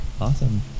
Awesome